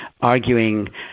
arguing